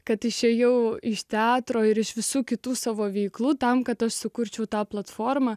kad išėjau iš teatro ir iš visų kitų savo veiklų tam kad sukurčiau tą platformą